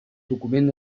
document